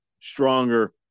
stronger